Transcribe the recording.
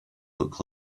look